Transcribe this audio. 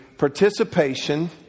Participation